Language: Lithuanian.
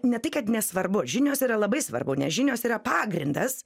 ne tai kad nesvarbu žinios yra labai svarbu nes žinios yra pagrindas